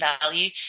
value